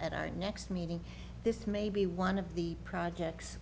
at our next meeting this may be one of the projects